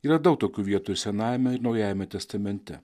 yra daug tokių vietų senajame ir naujajame testamente